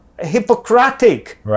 Hippocratic